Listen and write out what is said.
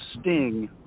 Sting